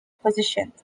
positions